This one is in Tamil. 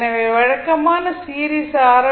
எனவே வழக்கமான சீரிஸ் ஆர்